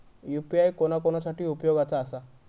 UPI कोणा कोणा साठी उपयोगाचा आसा?